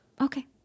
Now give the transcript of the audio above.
okay